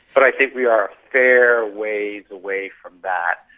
but i think we are a fair ways away from that.